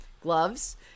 Gloves